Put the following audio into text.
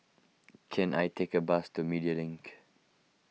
can I take a bus to Media Link